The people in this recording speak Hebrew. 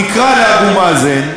תקרא לאבו מאזן.